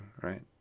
right